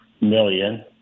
million